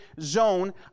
zone